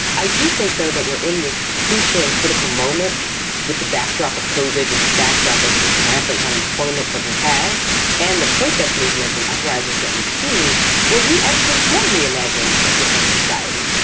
i do think, though, that we're in this crucial and critical moment with the backdrop of kovik, with the backdrop of this rampant unemployment that we have and the protest movements and uprisings that we've seen where we actually can reimagine a different society.